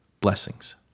Blessings